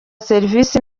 serivisi